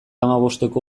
hamabosteko